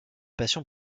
passion